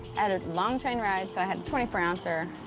had a long train ride, so i had a twenty four ouncer.